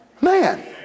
man